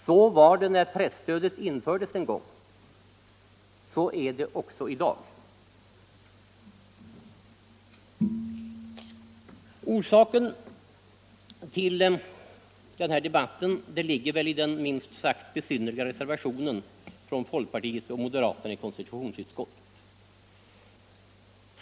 Så var det när presstödet infördes en gång, så är det också i dag. Orsaken till den här debatten ligger väl i den minst sagt besynnerliga reservationen från folkpartiet och moderaterna i konstitutionsutskottet.